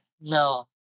no